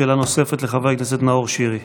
שאלה נוספת לחבר הכנסת נאור שירי.